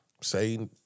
say